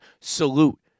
salute